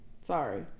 Sorry